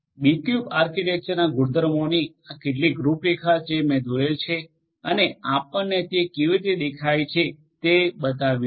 B cube આર્કિટેક્ચરના ગુણધર્મોની આ કેટલીક રૂપરેખા છે જે મેં દોરેલ છે અને આપણને તે કેવી દેખાય છે તે બતાવ્યું છે